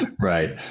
Right